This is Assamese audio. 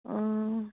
অঁ